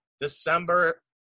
December